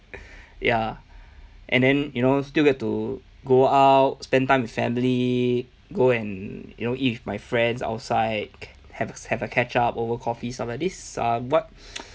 ya and then you know still get to go out spend time with family go and you know if my friends outside have have a catch up over coffee stuff like this um what